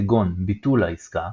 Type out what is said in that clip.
כגון ביטול העסקה,